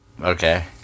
Okay